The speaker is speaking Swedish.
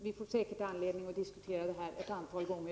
Vi får säkert anledning att diskutera detta ytterligare ett antal gånger.